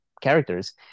characters